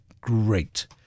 great